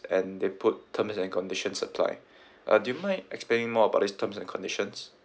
and they put terms and conditions apply uh do you mind explaining more about these terms and conditions